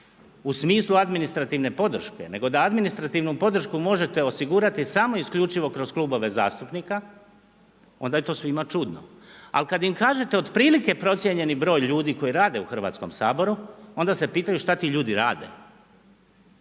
u smislu administrativne podrške, nego da administrativnu podršku možete osigurati samo isključivo kroz klubove zastupnika onda je to svima čudno. Al kad im kažete otprilike procijenjeni broj ljudi koji rade u Hrvatskom saboru, onda se pitaju šta ti ljudi rade.